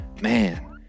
Man